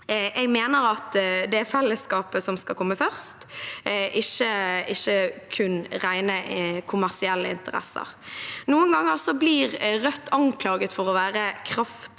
Jeg mener at det er fellesskapet som skal komme først, ikke kun rene kommersielle interesser. Noen ganger blir Rødt anklaget for å være